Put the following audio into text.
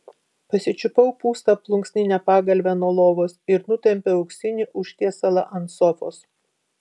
pasičiupau pūstą plunksninę pagalvę nuo lovos ir nutempiau auksinį užtiesalą ant sofos